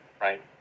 right